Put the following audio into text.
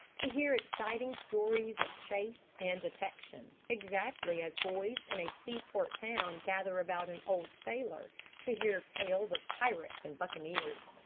to hear exciting stories of chase and detection, exactly as boys in a seaport town gather about an old sailor to hear tales of pirates and buccaneers.